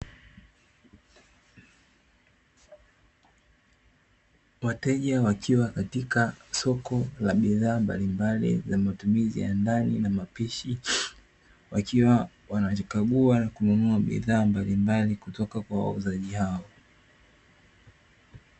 Wateja wakiwa katika soko la bidha mbalimbali za matumizi ya ndani na mapishi wakinunua na kukagua bidhaa mbalimbali kutoka kwa wauza hawa.